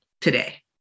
today